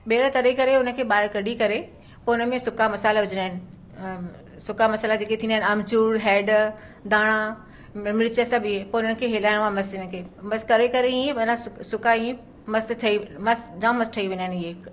ॿीहर तरे करे हुन खे ॿाहिरि कढी करे पोइ हुन में सुका मसाला विझणा आहिनि सुका मसाल्हा जेके थींदा आहिनि आमचूरु हैडु दाणा मिर्च सभु हे पोइ हिननि खे हिलाइणो आहे मस्तु हिन खे बसि करे करे हीअं माना सुक सुकाए हीअं मस्तु अथई मस्तु जामु मस्तु ठही वेंदा आहिनि इहे